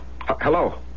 Hello